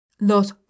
Los